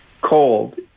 cold